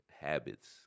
habits